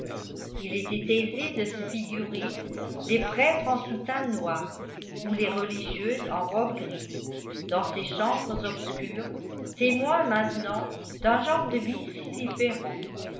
il était aisé de se figurer les prêtres en soutane noire ou les religieuses en robe grise dans ces chambres obscures témoins maintenant d'un genre de vie si différent